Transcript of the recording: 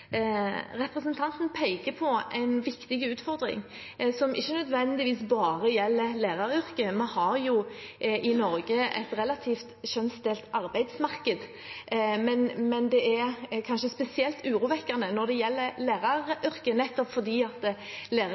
Representanten peker på en viktig utfordring, som ikke nødvendigvis bare gjelder læreryrket. I Norge har vi jo et relativt kjønnsdelt arbeidsmarked. Men det er kanskje spesielt urovekkende når det gjelder læreryrket, nettopp fordi